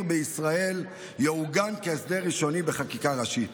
בישראל יעוגן כהסדר ראשוני בחקיקה ראשית".